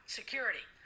security